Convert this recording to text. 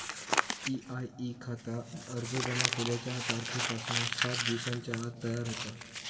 EIE खाता अर्ज जमा केल्याच्या तारखेपासना सात दिवसांच्या आत तयार होता